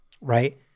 Right